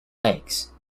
legs